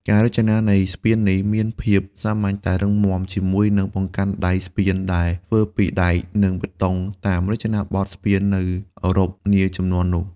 ការរចនានៃស្ពាននេះមានភាពសាមញ្ញតែរឹងមាំ ជាមួយនឹងបង្កាន់ដៃស្ពានដែលធ្វើពីដែក និងបេតុងតាមរចនាប័ទ្មស្ពាននៅអឺរ៉ុបនាជំនាន់នោះ។